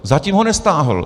Zatím ho nestáhl.